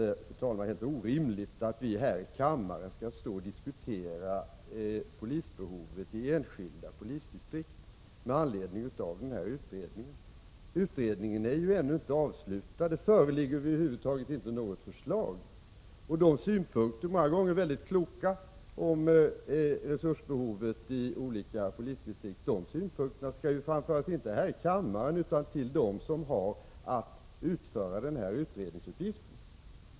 Det är helt orimligt att vi här i kammaren skall stå och diskutera polisbehovet i enskilda polisdistrikt med anledning av utredningen. Utredningen är ju ännu inte avslutad, och det föreligger inte något förslag över huvud taget. De många gånger väldigt kloka synpunkterna på resursbehovet i olika polisdistrikt skall framföras inte här i kammaren utan till dem som har att utföra utredningsuppgiften.